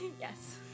Yes